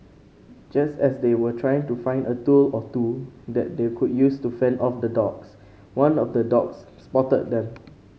just as they were trying to find a tool or two that they could use to fend off the dogs one of the dogs spotted them